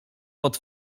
pod